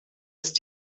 ist